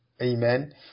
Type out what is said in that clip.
Amen